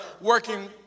working